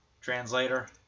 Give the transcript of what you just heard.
Translator